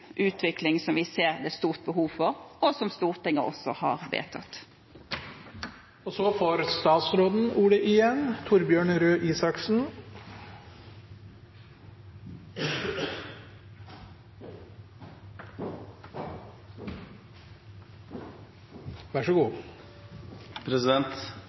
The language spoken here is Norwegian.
utvikling som vi ser et stort behov for, og som Stortinget har